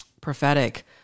prophetic